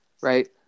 right